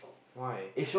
why